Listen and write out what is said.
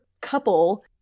couple